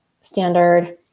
standard